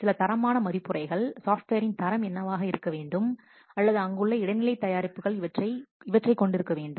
சில தரமான மதிப்புரைகள் சாஃப்ட்வேரின் தரம் என்னவாக இருக்க வேண்டும் அல்லது அங்குள்ள இடைநிலை தயாரிப்புகள் இவற்றைக் கொண்டு இருக்க வேண்டும்